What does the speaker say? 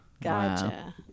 Gotcha